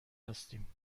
هستیم